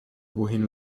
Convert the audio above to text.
wohin